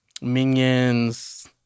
minions